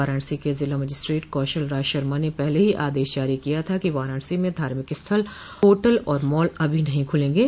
वाराणसी के जिला मजिस्ट्रेट कौशल राज शर्मा ने पहले ही आदेश जारी किया था कि वाराणसी में धार्मिक स्थल होटल और मॉल अभी नहीं खुलेंगे